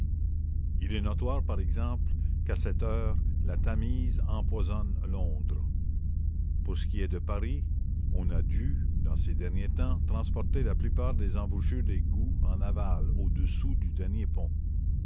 il est notoire par exemple qu'à cette heure la tamise empoisonne londres pour ce qui est de paris on a dû dans ces derniers temps transporter la plupart des embouchures d'égouts en aval au-dessous du dernier pont